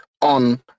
on